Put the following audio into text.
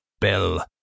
Bill